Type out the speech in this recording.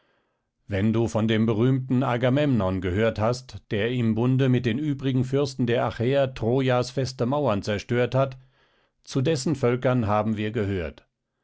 wenn du von dem berühmten agamemnon gehört hast der im bunde mit den übrigen fürsten der achäer trojas feste mauern zerstört hat zu dessen völkern haben wir gehört